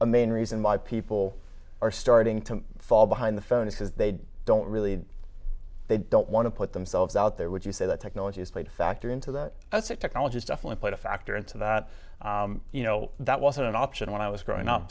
the main reason why people are starting to fall behind the phone is because they don't really they don't want to put themselves out there would you say that technology has played a factor into that as that technology is definitely played a factor into that you know that wasn't an option when i was growing up